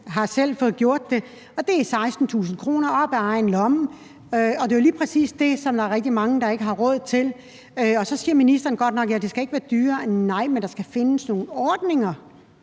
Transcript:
mig selv – og det er 16.000 kr. op af egen lomme. Og det er jo lige præcis det, der er rigtig mange der ikke har råd til. Så siger ministeren godt nok, at det ikke skal være dyrere. Nej, men der skal findes nogle ordninger